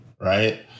right